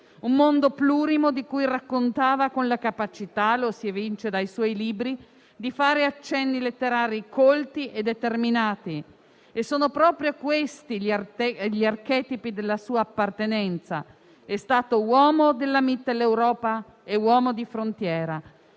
Un mondo plurimo, di cui raccontava con la capacità - lo si evince dai suoi libri - di fare accenni letterari colti e determinati. Sono proprio questi gli archetipi della sua appartenenza. È stato uomo della Mitteleuropa e uomo di frontiera;